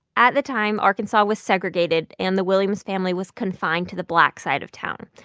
at the time, arkansas was segregated, and the williams family was confined to the black side of town.